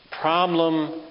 problem